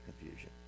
confusion